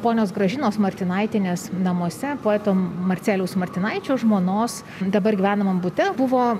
ponios gražinos martinaitienės namuose poeto marcelijaus martinaičio žmonos dabar gyvenamam bute buvo